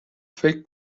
فکر